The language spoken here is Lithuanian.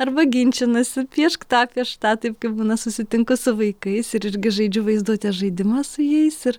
arba ginčinasi piešk tą piešk tą taip kai būna susitinku su vaikais ir irgi žaidžiu vaizduotės žaidimą su jais ir